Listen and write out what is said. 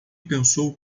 pensou